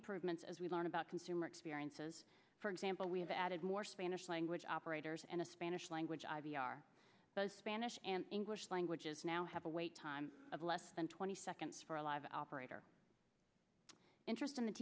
improvements as we learn about consumer experiences for example we have added more spanish language operators and a spanish language are those spanish and english language is now have a wait time of less than twenty seconds for a live operator interest in the